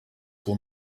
will